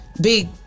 big